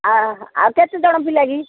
ଆ ଆଉ କେତେଜଣ ପିଲା କି